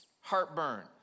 heartburn